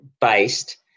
based